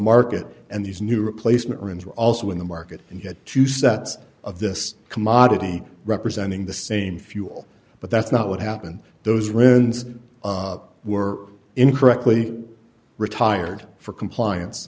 market and these new replacement rims were also in the market and had two sets of this commodity representing the same fuel but that's not what happened those winds were incorrectly retired for compliance